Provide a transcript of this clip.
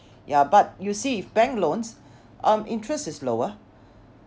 ya but you see if bank loans um interest is lower